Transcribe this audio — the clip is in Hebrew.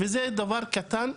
וזה דבר קטן.